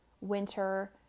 winter